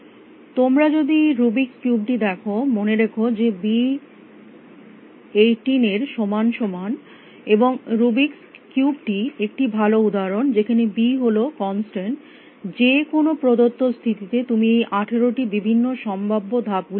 তোমরা যদি রুবিক্স কিউবটি দেখ মনে রেখো যে বি 18 এর সমান সমান এবং রুবিক্স কিউবটি একটি ভালো উদাহরণ যেখানে বি হল কনস্ট্যান্ট যে কোনো প্রদত্ত স্থিতিতে তুমি এই 18টি বিভিন্ন সম্ভাব্য ধাপ গুলি করতে পারো